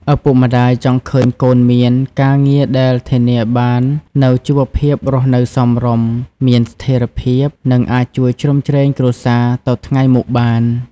ឪពុកម្ដាយចង់ឃើញកូនមាន ការងារដែលធានាបាននូវជីវភាពរស់នៅសមរម្យ មានស្ថិរភាព និងអាចជួយជ្រោមជ្រែងគ្រួសារទៅថ្ងៃមុខបាន។